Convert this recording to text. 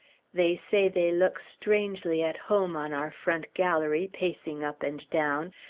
they say they look strangely at home on our front gallery, pacing up and down.